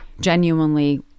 genuinely